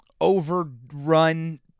overrun